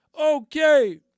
Okay